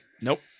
Nope